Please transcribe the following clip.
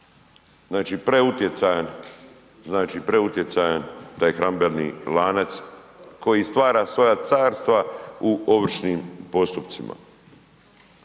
preutjecajan je taj hranidbeni lanac koji stvara svoja carstva u ovršnim postupcima.